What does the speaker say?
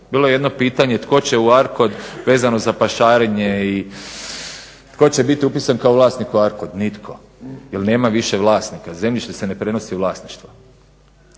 Bilo je jedno pitanje tko će u Arcod vezano za pašarenje i tko će biti upisan kao vlasnik u Arcod? Nitko jel nema više vlasnika, zemljište se ne prenosi vlasništvom.